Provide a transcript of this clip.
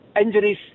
injuries